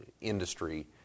industry